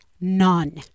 None